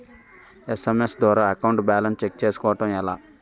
SMS ద్వారా account balance check చేసుకోవటం ఎలా?